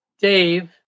dave